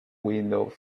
window